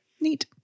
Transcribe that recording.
Neat